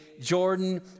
Jordan